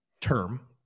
term